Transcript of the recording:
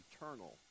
eternal